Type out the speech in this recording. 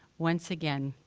once again,